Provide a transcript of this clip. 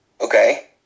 Okay